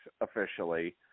officially